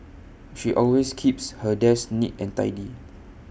she always keeps her desk neat and tidy